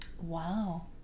Wow